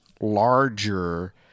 larger